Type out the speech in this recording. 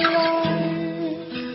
life